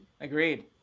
Agreed